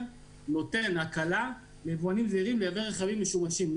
נותן הקלה ליבואנים זעירים לייבא רכבים משומשים.